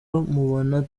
mubona